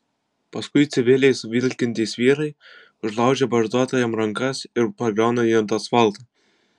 paskui civiliais vilkintys vyrai užlaužia barzdotajam rankas ir pargriauna jį ant asfalto